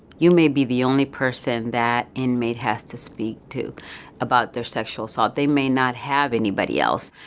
you may be the only person that inmate has to speak to about their sexual assault. they may not have anybody else.